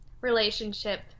relationship